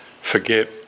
forget